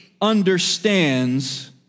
understands